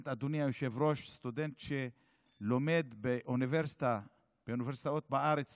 אדוני היושב-ראש, סטודנט שלומד באוניברסיטאות בארץ